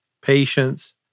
patience